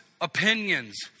opinions